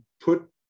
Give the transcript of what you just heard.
put